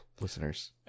listeners